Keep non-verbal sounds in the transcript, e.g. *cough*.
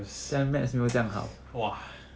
times *noise* *breath* !wah!